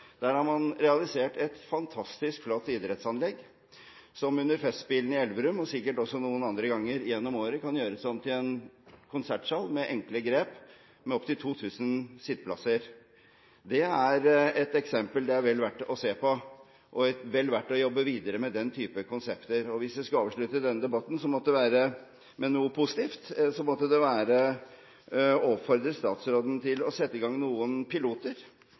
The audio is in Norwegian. Der har man realisert et fantastisk flott idrettsanlegg, som under Festspillene i Elverum – og sikkert også noen andre ganger gjennom året – med enkle grep kan gjøres om til en konsertsal med opptil 2 000 sitteplasser. Det er et eksempel det er vel verdt å se på, og det er vel verdt å jobbe videre med den typen konsepter. Hvis jeg skal avslutte denne debatten med noe positivt, måtte det være med å oppfordre statsråden til å sette i gang noen piloter